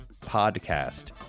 Podcast